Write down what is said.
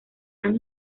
han